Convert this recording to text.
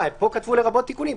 פה הם כתבו לרבות תיקונים,